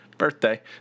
Birthday